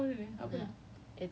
from the faculty punya group